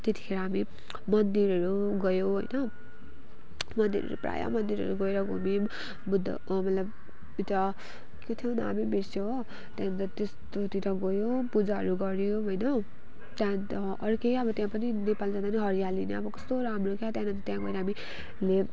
त्यतिखेर हामी मन्दिरहरू गयौँ होइन मन्दिरहरू प्रायः मन्दिरहरू गएर घुम्यौँ बुद्ध मतलब उता के थियो हौ नामै बिर्सेँ हो त्यहाँदेखि त त्यस्तोतिर गयो पूजाहरू गऱ्यो होइन त्यहाँदेखि त अर्कै अब त्यहाँ पनि नेपाल जाँदा नि हरियाली नै कस्तो राम्रो क्या त्यहाँदेखि अन्त त्यहाँ गएर हामी